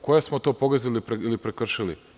Koja smo to pogazili ili prekršili?